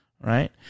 Right